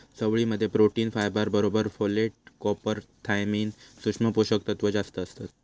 चवळी मध्ये protein, fibre बरोबर फोलेट, कॉपर, थायमिन, सुक्ष्म पोषक तत्त्व जास्तं असतत